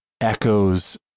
echoes